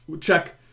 check